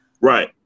Right